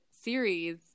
series